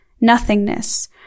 nothingness